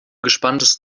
gespanntes